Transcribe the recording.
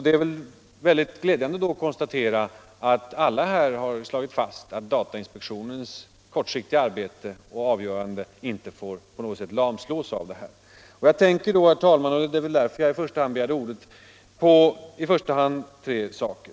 Det är då glädjande att kunna konstatera att alla här har slagit fast att datainspektionens kortsiktiga arbete och avgöranden inte på något sätt får lamslås av att verksamheten blir föremål för utredning. Jag har begärt ordet, herr talman, i första hand för att tala om tre saker.